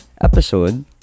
episode